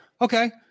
okay